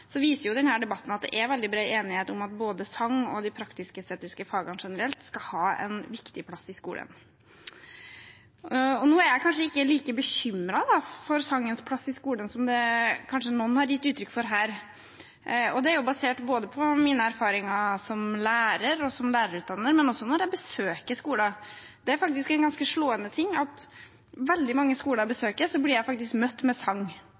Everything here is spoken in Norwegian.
viser denne debatten at det er veldig bred enighet om at både sang og de praktisk-estetiske fagene generelt skal ha en viktig plass i skolen. Nå er jeg kanskje ikke like bekymret for sangens plass i skolen som andre har gitt uttrykk for her, og det er basert både på mine erfaringer som lærer og lærerutdanner og på mine besøk på skoler. Det er ganske slående at på veldig mange skoler jeg besøker, blir jeg faktisk møtt med sang.